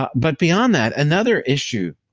but but beyond that, another issue